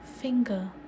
finger